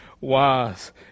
wise